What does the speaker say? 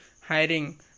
hiring